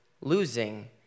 losing